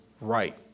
right